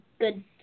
good